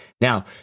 Now